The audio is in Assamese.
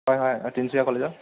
হয় অঁ তিনিচুকীয়া কলেজৰ